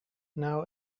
now